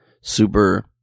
super